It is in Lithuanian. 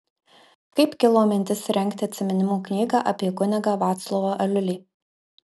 kaip kilo mintis rengti atsiminimų knygą apie kunigą vaclovą aliulį